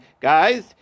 guys